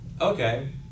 Okay